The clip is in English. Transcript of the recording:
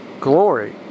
Glory